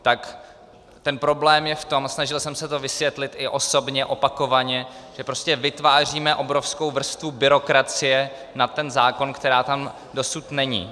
Tak ten problém je v tom, a snažil jsem se to vysvětlit i osobně opakovaně, že prostě vytváříme obrovskou vrstvu byrokracie na ten zákon, která tam dosud není.